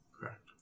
Correct